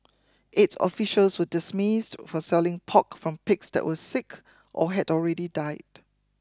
eight officials were dismissed for selling pork from pigs that were sick or had already died